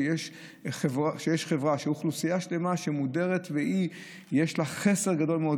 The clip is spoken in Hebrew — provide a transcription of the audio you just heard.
על כך שיש חברה שבה אוכלוסייה שלמה מודרת ויש לה חסר גדול מאוד.